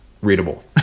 readable